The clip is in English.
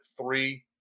three